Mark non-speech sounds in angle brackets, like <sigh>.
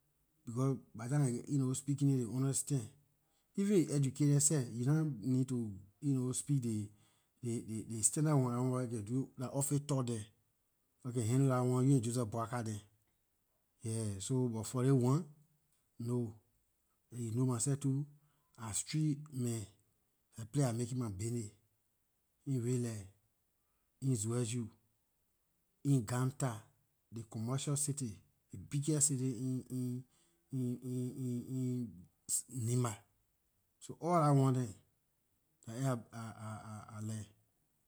Becor by ley time <hesitation> you know speaking it ley understand even if you educated seh you nah need to <hesitation> speak ley- ley- ley standard one dah one wer you can do dah office talk there yor can handle dah one you and joseph boakai dem, yeah so buh for this one, no and you know my seh too I street man dah ley place I making my baynay in redlight in zwredu in ganta ley commercial city ley biggest city in- in- in <hesitation> nimba so all lah one dem dah aay I learn.